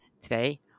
Today